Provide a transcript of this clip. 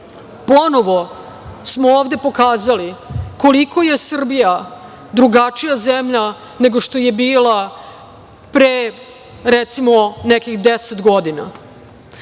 ponovo smo ovde pokazali koliko je Srbija drugačija zemlja nego što je bila pre recimo, nekih 10 godina.